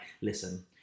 listen